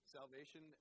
salvation